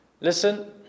listen